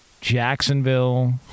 Jacksonville